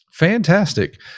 Fantastic